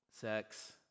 sex